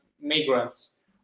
migrants